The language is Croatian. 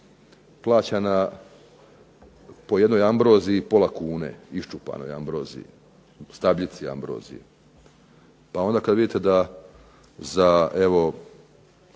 plaćena po jednoj ambroziji pola kune iščupanoj ambroziji, stabljici ambroziji. Pa onda kada vidite da za 16